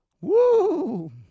Woo